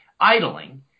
idling